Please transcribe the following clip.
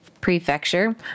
prefecture